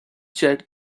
check